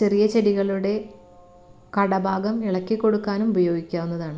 ചെറിയ ചെടികളുടെ കടഭാഗം ഇളക്കി കൊടുക്കാനും ഉപയോഗിക്കാവുന്നതാണ്